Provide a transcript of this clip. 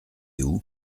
houx